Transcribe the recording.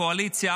הקואליציה,